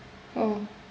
oh